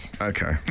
Okay